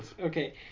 Okay